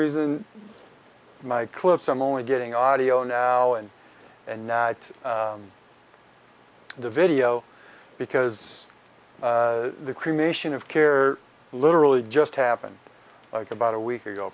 reason my clips i'm only getting audio now and and now the video because the cremation of care literally just happened like about a week ago